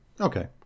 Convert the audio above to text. Okay